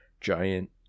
giant